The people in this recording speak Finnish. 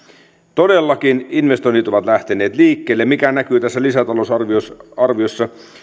todellakin investoinnit ovat lähteneet liikkeelle mikä näkyy tässä lisätalousarviossa